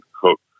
cook